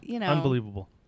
Unbelievable